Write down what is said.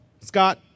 Scott